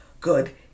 good